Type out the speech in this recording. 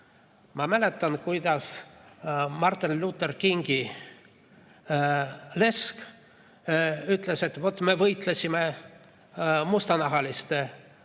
mäletan, kuidas Martin Luther Kingi lesk ütles, et vot, me võitlesime mustanahaliste